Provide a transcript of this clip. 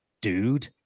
dude